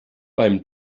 beim